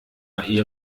ihr